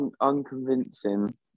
unconvincing